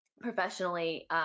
professionally